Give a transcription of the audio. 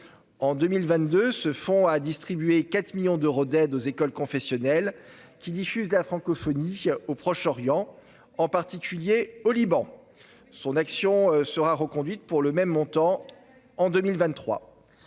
En 2022, ce fonds a distribué 4 millions d'euros d'aides aux écoles confessionnelles diffusant la francophonie au Proche-Orient, en particulier au Liban. Son action sera reconduite pour le même montant en 2023.